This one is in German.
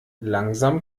langsam